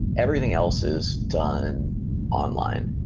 everything else is done online,